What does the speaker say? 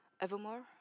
Evermore